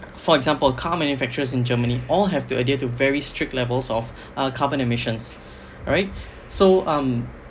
for example car manufacturers in germany all have to adhere to very strict levels of uh carbon emissions alright so um